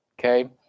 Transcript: Okay